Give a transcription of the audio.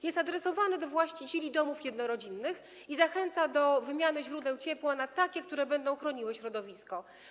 Jest adresowany do właścicieli domów jednorodzinnych i zachęca do wymiany źródeł ciepła na takie, które będą chroniły środowisko.